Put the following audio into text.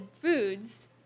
foods